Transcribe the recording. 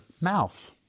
mouth